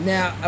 Now